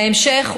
בהמשך,